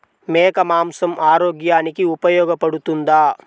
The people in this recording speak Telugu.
మేక మాంసం ఆరోగ్యానికి ఉపయోగపడుతుందా?